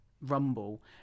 rumble